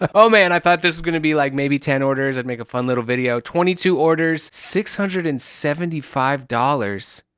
ah oh man, i thought this is gonna be like maybe ten orders. i'd make a fun little video. twenty-two orders, sixhundred and seventy-five dollars.